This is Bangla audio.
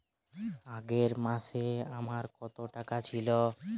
আগের মাসে আমার কত টাকা ছিল?